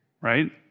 Right